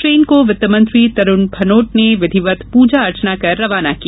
train को वित्तमंत्री तरूण भनौत ने विधिवत पूजा अर्चना कर रवाना किया